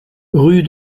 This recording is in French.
rue